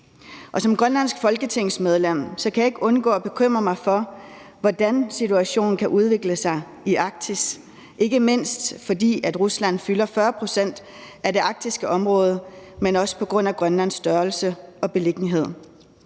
som grønlandsk folketingsmedlem kan jeg ikke undgå at bekymre mig for, hvordan situationen kan udvikle sig i Arktis, ikke mindst fordi Rusland fylder 40 pct. af det arktiske område, men også på grund af Grønlands størrelse og beliggenhed.